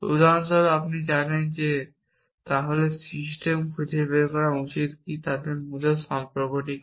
উদাহরণস্বরূপ আপনি জানেন তাহলে সিস্টেম খুঁজে বের করা উচিত কি তাদের মধ্যে সম্পর্ক কি